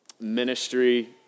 ministry